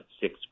six